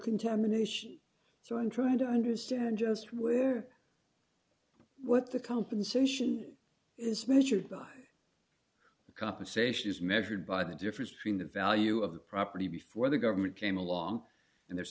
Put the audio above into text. contamination so i'm trying to understand just where what the compensation is measured by compensation is measured by the difference between the value of the property before the government came along and there's